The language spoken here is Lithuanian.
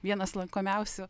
vienas lankomiausių